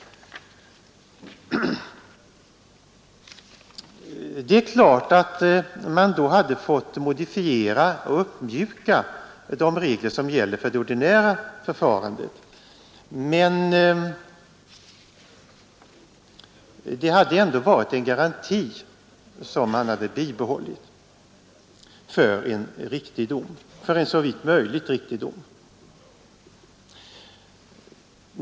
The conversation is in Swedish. Det är klart att man då hade fått modifiera och uppmjuka de regler som gäller för det ordinära förfarandet, men det hade ändå varit en garanti som man hade bibehållit för en såvitt möjligt riktig dom.